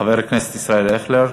חבר הכנסת ישראל אייכלר.